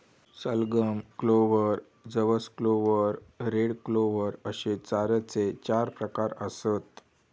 सलगम, क्लोव्हर, जवस clover, red clover अश्ये चाऱ्याचे चार प्रकार आसत